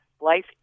life